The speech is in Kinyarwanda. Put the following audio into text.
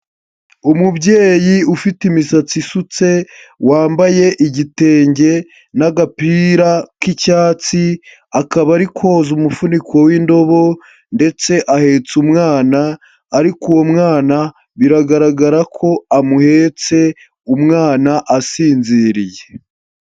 Umubyeyi ufite imisatsi isutse wambaye igitenge n'agapira k'icyatsi akaba ari koza umufuniko w'indobo ndetse ahetse umwana, ariko uwo mwana biragaragara ko amuhetse umwana asinziriye.